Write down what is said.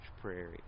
prairie